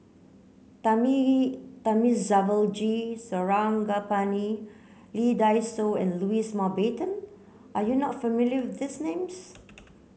Thamizhavel G Sarangapani Lee Dai Soh and Louis Mountbatten are you not familiar with these names